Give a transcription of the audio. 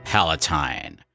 Palatine